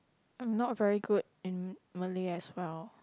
I'm not very good in Malay as well